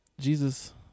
Jesus